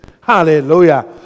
Hallelujah